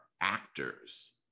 actors